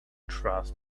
trust